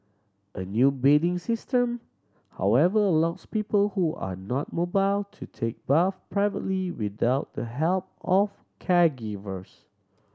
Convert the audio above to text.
a new bathing system however allows people who are not mobile to take bath privately without the help of caregivers